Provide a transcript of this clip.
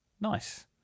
Nice